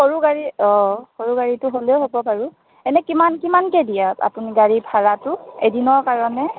সৰু গাড়ী অ সৰু গাড়ীটো হ'লেও হ'ব বাৰু এনে কিমান কিমানকৈ দিয়ে গাড়ী ভাড়াটো এদিনৰ কাৰণে